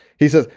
he says.